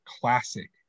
classic